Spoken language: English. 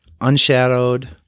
unshadowed